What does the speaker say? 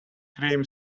cream